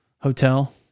hotel